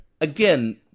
Again